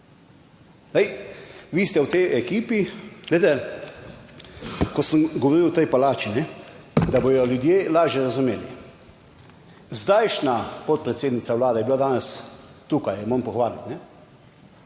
ste v tej ekipi. Glejte, ko sem govoril o tej palači, ne da bodo ljudje lažje razumeli. Zdajšnja podpredsednica vlade je bila danes tukaj, jo moram pohvaliti,